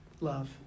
love